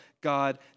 God